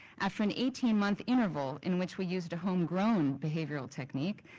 after an eighteen month interval in which we used a home grown behavioral technique,